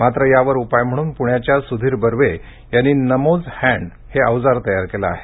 मात्र यावर उपाय म्हणून पूण्याच्या सुधीर बर्वे यांनी नमोज हॅड हे अवजार तयार केलं आहे